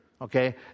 Okay